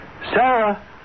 Sarah